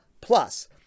plus